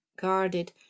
guarded